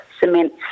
cement